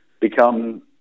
become